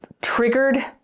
triggered